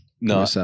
No